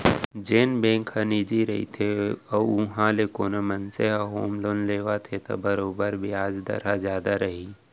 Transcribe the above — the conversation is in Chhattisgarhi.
जेन बेंक ह निजी रइथे अउ उहॉं ले कोनो मनसे ह होम लोन लेवत हे त बरोबर बियाज दर ह जादा रही